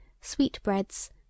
sweetbreads